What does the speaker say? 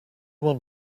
want